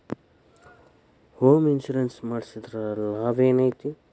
Home insurance ಮಡ್ಸಿದ್ರ ಲಾಭೆನೈತಿ?